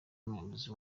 umuyobozi